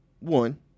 One